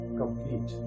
complete